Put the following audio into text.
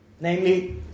Namely